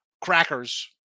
crackers